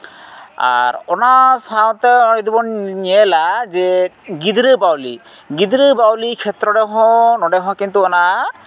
ᱟᱨ ᱚᱱᱟ ᱥᱟᱶᱛᱮ ᱡᱩᱫᱤ ᱵᱚᱱ ᱧᱮᱞᱟ ᱡᱮ ᱜᱤᱫᱽᱨᱟᱹ ᱵᱟᱹᱣᱞᱤ ᱜᱤᱫᱽᱨᱟᱹ ᱵᱟᱹᱣᱞᱤ ᱠᱷᱮᱛᱛᱨᱚ ᱨᱮᱦᱚᱸ ᱱᱚᱰᱮ ᱦᱚᱸ ᱠᱤᱱᱛᱩ ᱚᱱᱟ